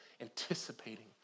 anticipating